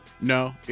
No